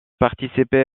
participé